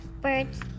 birds